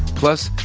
plus,